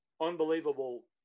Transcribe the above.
unbelievable